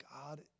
God